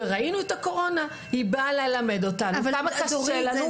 הקורונה באה ללמד אותנו כמה קשה לנו להיות עם הילדים.